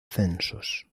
censos